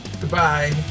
Goodbye